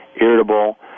irritable